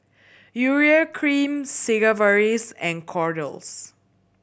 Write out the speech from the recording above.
Urea Cream Sigvaris and Kordel's